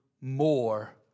more